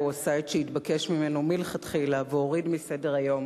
עשה את שהתבקש ממנו מלכתחילה והוריד מסדר-היום